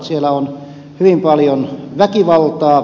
siellä on hyvin paljon väkivaltaa